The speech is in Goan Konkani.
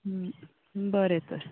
बरें तर